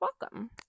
welcome